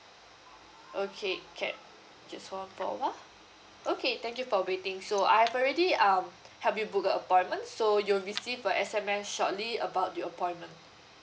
okay can just hold on for a while okay thank you for waiting so I've already um helped you book a appointment so you'll receive a S_M_S shortly about your appointment